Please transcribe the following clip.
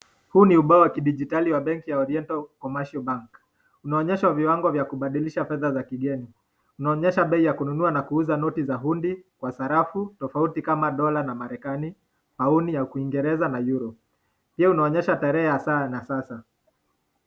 Huu ni ubao wa kidijitali wa benki ya Orienta Commercial Bank, inaonyesha viwango vya kubadilisha fedha za kigeni. Inaonyesha bei ya kununua na kuuza noti za hundi, sarafu tofauti kama dola na Marekani, poundi ya Uingereza na Euro pia inaonyesha tarehe ya saa na sasa.